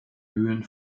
höhen